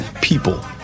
people